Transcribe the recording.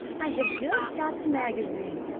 i have just got the magazine,